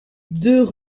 deux